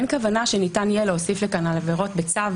אין כוונה שניתן יהיה להוסיף לכאן עבירות בכתב.